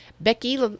Becky